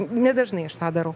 nedažnai aš tą darau